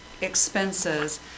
expenses